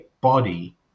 body